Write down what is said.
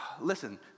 listen